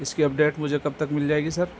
اس کی اپڈیٹ مجھے کب تک مل جائے گی سر